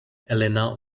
elena